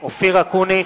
אופיר אקוניס,